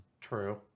true